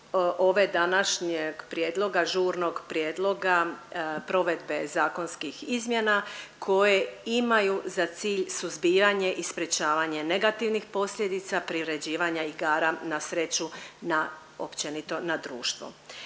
ove današnjeg prijedloga žurnog prijedloga provedbe zakonskih izmjena koje imaju za cilj suzbijanje i sprječavanje negativnih posljedica priređivanja igara na sreću na općenito na društvo